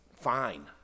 fine